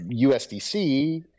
USDC